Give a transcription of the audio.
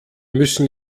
müssen